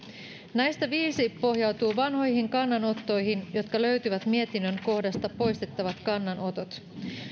näistä viisi pohjautuu vanhoihin kannanottoihin jotka löytyvät mietinnön kohdasta poistettavat kannanotot